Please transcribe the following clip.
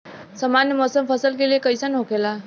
सामान्य मौसम फसल के लिए कईसन होखेला?